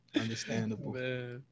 understandable